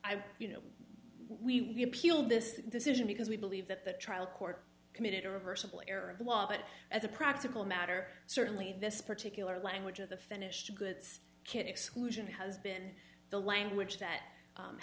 i've you know we appeal this decision because we believe that the trial court committed a reversible error of the law but as a practical matter certainly this particular language of the finished goods kid exclusion has been the language that